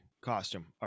costume